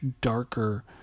darker